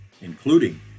including